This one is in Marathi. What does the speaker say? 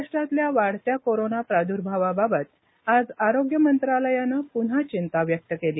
महाराष्ट्रातल्या वाढत्या कोरोना प्रादुर्भावाबाबत आज आरोग्य मंत्रालयानं पुन्हा चिंता व्यक्त केली